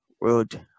World